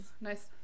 nice